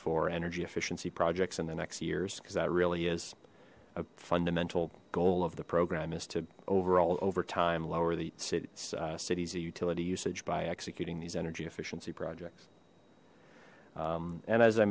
for energy efficiency projects in the next years because that really is a fundamental goal of the program is to overall over time lower the city's utility usage by executing these energy efficiency projects and as i